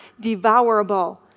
devourable